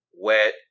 wet